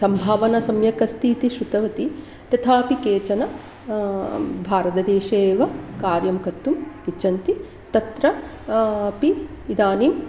सम्भावना सम्यक् अस्ति इति शृतवती तदापि केचन भारतदेशेव कार्यं कर्तुम् इच्छन्ति तत्र अपि इदानीम्